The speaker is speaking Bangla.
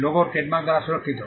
লোগো ট্রেডমার্ক দ্বারা সুরক্ষিত